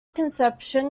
conception